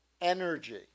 energy